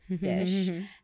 dish